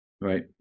Right